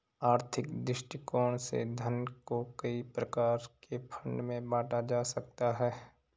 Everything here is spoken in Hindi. आर्थिक दृष्टिकोण से धन को कई प्रकार के फंड में बांटा जा सकता है